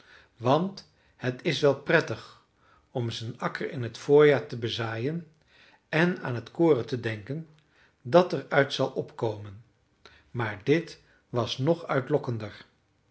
want het is wel prettig om zijn akker in t voorjaar te bezaaien en aan het koren te denken dat er uit zal opkomen maar dit was nog uitlokkender